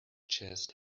chest